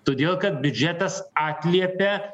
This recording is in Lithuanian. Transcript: todėl kad biudžetas atliepia